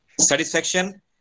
Satisfaction